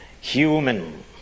human